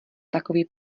takový